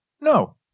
No